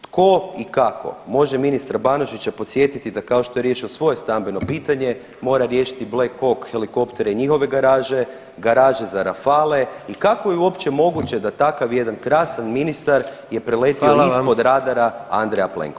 Tko i kako može ministra Banožića podsjetiti da, kao što je riješio svoje stambeno pitanje, mora riješiti Black Hawk helikoptere i njihove garaže, garaže za Rafale i kako je uopće moguće da takav jedan krasan ministar je preletio [[Upadica: Hvala vam.]] ispod radara Andreja Plenkovića?